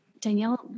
Danielle